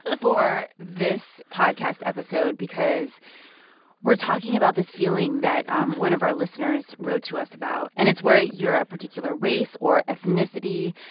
ah for this podcast episode because we're talking about this feeling that one of our listeners wrote to us about. and it's where you're a particular race or ethnicity,